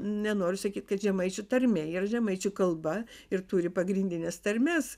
nenoriu sakyt kad žemaičių tarmė yra žemaičių kalba ir turi pagrindines tarmes